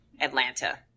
Atlanta